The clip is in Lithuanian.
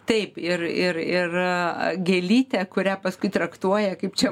taip ir ir ir gėlytė kurią paskui traktuoja kaip čia